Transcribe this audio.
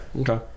Okay